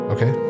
Okay